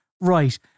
Right